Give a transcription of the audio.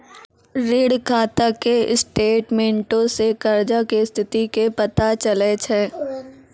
ऋण खाता के स्टेटमेंटो से कर्जा के स्थिति के पता चलै छै